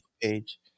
page